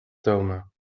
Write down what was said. tomen